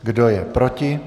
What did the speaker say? Kdo je proti?